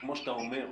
כמו שאתה אומר,